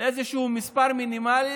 לאיזשהו מספר מינימלי,